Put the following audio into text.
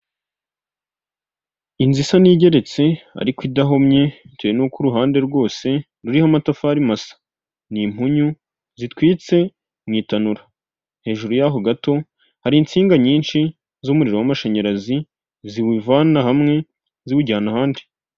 Inzu isa n'igeretse ariko idahumye, bitewe n'uko uruhande rwose ruriho amatafari masa, ni impunyu zitwitse mu itanura, hejuru yaho gato hari insinga nyinshi z'umuriro w'amashanyarazi ziwuvana hamwe ziwujyana ahandi.